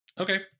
Okay